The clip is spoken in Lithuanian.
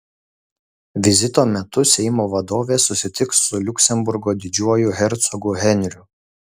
vizito metu seimo vadovė susitiks su liuksemburgo didžiuoju hercogu henriu